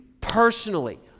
personally